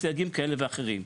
בסייגים כאלה ואחרים.